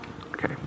okay